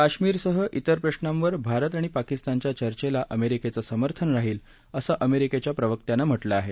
कश्मीरसह इतर प्रश्नांवर भारत आणि पाकिस्तानच्या चर्चेला अमेरिकेच समर्थन राहील असं अमेरिकेच्या प्रवक्यानं म्हटलं आहे